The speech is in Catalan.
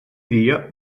dia